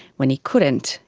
when he couldn't,